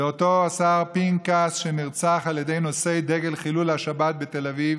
זה אותו השר פנקס שנרצח על ידי נושאי דגל חילול השבת בתל אביב.